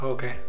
Okay